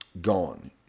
gone